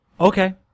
Okay